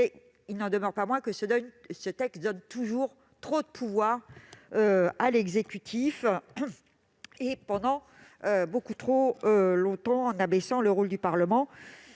Il n'en demeure pas moins que ce texte donne toujours trop de pouvoirs à l'exécutif, et pendant beaucoup trop longtemps, en abaissant le rôle du Parlement.